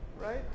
right